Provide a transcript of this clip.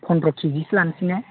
पन्द्र' केजिसो लानोसै ने